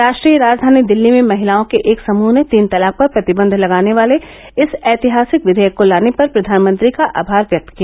राष्ट्रीय राजधानी दिल्ली में महिलाओं के एक समूह ने तीन तलाक पर प्रतिबंध लगाने वाले इस ऐतिहासिक विधेयक को लाने पर प्रधानमंत्री का आभार व्यक्त किया